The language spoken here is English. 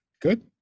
Good